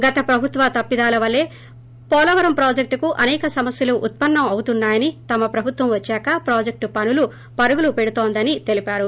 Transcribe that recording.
గత ప్రభుత్వ తప్పిదాల వల్లే పోలవరం ప్రాజెక్టుకు అనేక సమస్యలు ఉత్సన్నం అవుతున్నాయని తమ ప్రభుత్వం వద్సాక ప్రాజెక్లు పనులు పరుగులు పెడుతోందని తెలిపారు